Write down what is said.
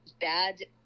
bad